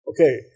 Okay